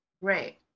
Right